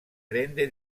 prende